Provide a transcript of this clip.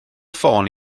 ffôn